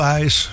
Eyes